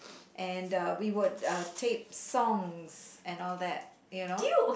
and uh we would uh tape songs and all that you know